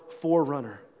forerunner